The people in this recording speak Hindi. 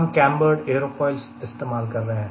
हम कैंबर्ड एयरोफॉयल यूज कर रहे हैं